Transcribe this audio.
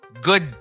Good